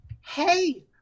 Hey